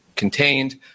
contained